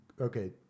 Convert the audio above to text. Okay